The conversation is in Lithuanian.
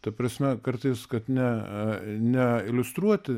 ta prasme kartais kad ne ne iliustruoti